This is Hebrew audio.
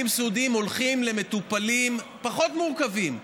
סיעודיים הולכים למטופלים פחות מורכבים,